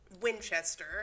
Winchester